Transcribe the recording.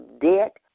debt